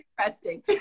interesting